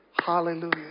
Hallelujah